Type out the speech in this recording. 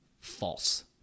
False